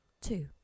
two